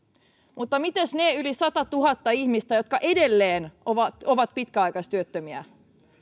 mutta mites ne yli satatuhatta ihmistä jotka edelleen ovat ovat pitkäaikaistyöttömiä